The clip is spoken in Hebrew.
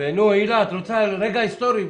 מי בעד?